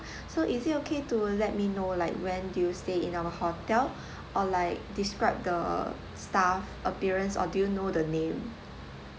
so is it okay to let me know like when do you stay in our hotel or like describe the staff appearance or do you know the name